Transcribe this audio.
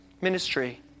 ministry